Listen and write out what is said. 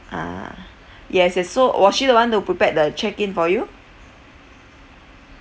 ah yes yes so was she the one who prepared the check in for you